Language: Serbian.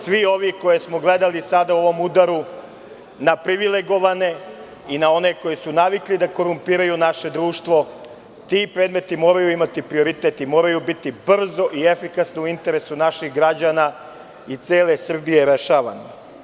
Svi ovi koje smo gledali u ovom udaru, na privilegovane i na one koji su navikli da gledaju i korumpiraju naše društvo, ti predmeti moraju imati prioritet i moraju biti brzi i efikasni u interesu naših građana i cele Srbije rešavani.